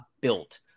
built